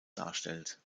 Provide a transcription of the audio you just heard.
darstellt